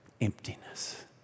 emptiness